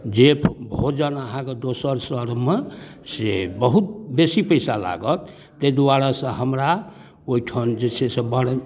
जे भोजन अहाँके दोसर शहरमे से बहुत बेसी पइसा लागत ताहि दुआरेसँ हमरा ओहिठाम जे छै से बड़